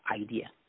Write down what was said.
idea